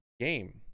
game